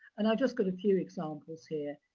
and i've just got a few examples here.